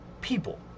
People